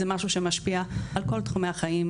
זה משהו שמשפיע על כל תחומי החיים,